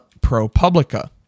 ProPublica